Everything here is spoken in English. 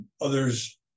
others